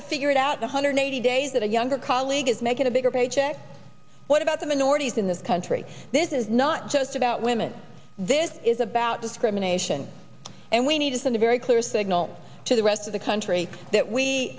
to figure it out one hundred eighty days that a younger colleague is making a bigger paycheck what about the minorities in this country this is not just about women this is about discrimination and we need to send a very clear signal to the rest of the country that we